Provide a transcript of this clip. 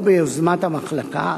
או ביוזמת המחלקה,